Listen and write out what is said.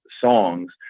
songs